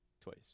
twice